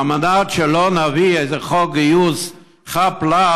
על מנת שלא נביא איזה חוק גיוס חאפ-לאפ,